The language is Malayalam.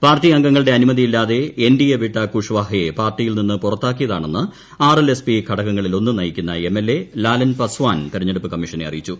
പാർട്ടി അംഗങ്ങളുടെ അനുമതിയില്ലാതെ എൻ ഡി എ വിട്ട കൂശ്വാഹയെ പാർട്ടിയിൽ നിന്ന് പുറത്താക്കിയതാണെന്ന് ആർ എൽ എസ് പി ഘടകങ്ങളിലൊന്ന് നയിക്കുന്ന M L A Lalan Paswan തെരഞ്ഞെടുപ്പ് കമ്മീഷനെ അറിയിച്ചു